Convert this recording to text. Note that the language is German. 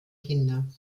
kinder